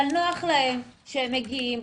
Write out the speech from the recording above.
נוח להם שהם מגיעים,